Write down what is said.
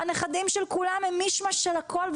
הנכדים של כולם הם מיש-מש של הכול,